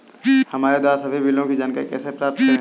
हमारे द्वारा सभी बिलों की जानकारी कैसे प्राप्त करें?